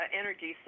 energy